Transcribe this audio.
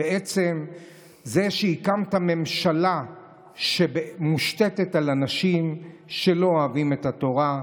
בעצם זה שהקמת ממשלה שמושתתת על אנשים שלא אוהבים את התורה,